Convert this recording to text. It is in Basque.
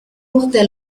urte